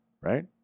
right